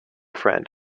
friend